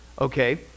okay